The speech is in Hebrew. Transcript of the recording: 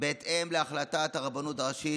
בהתאם להחלטת הרבנות הראשית,